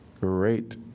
great